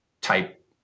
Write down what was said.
type